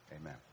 amen